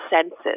senses